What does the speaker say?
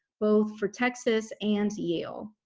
both for texas and yale,